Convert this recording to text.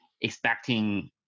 expecting